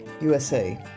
USA